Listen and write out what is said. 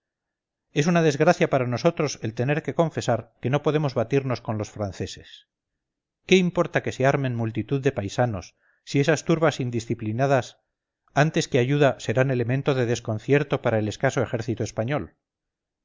es una desgracia para nosotros el tener que confesar que no podemos batirnos con los franceses qué importa que se armen multitud de paisanos si esas turbas indisciplinadasantes que ayuda serán elemento de desconcierto para el escaso ejército español